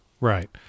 Right